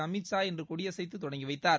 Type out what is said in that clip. அமித் ஷா இன்று கொடியசைத்து தொடங்கி வைத்தார்